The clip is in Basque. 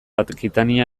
akitania